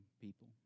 people